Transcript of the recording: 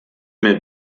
mit